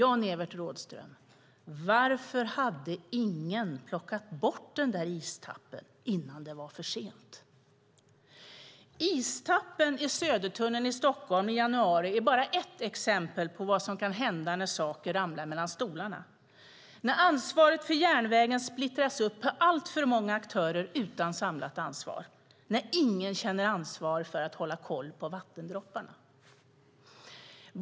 Varför hade ingen plockat bort istappen innan det var för sent, Jan-Evert Rådhström? Istappen i Södertunneln i Stockholm i januari är bara ett exempel på vad som kan hända när saker ramlar mellan stolarna - när ansvaret för järnvägen splittras upp på alltför många aktörer utan samlat ansvar. Ingen känner ansvar för att hålla koll på vattendropparna.